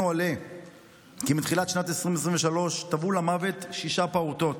עולה כי מתחילת שנת 2023 טבעו למוות שישה פעוטות,